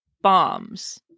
bombs